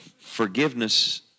forgiveness